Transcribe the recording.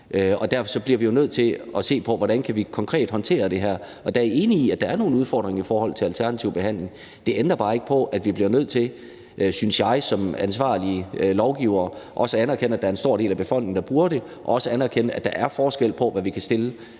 Derfor bliver vi nødt til at se på, hvordan vi konkret kan håndtere det her. Der er jeg enig i, at der er nogle udfordringer med alternative behandlinger. Det ændrer bare ikke ved, at vi bliver nødt til – synes jeg – som ansvarlige lovgivere også at anerkende, at der er en stor del af befolkningen, der bruger det, og også anerkende, at der er forskel på, hvad vi kan stille